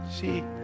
See